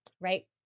right